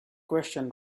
question